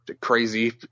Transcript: crazy